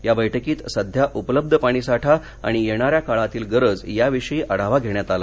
या बैठकीत सध्या उपलब्ध पाणीसाठा आणि येणाऱ्या काळातील गरज याविषयी आढावा घेण्यात आला